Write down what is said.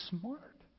smart